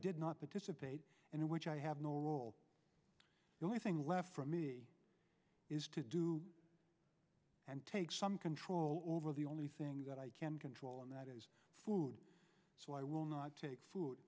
did not participate and in which i have no role the only thing left for me is to do and take some control over the only thing that i can control and that is food so i will not take food